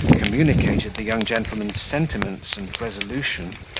communicated the young gentleman's sentiments and resolution,